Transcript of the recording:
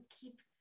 keep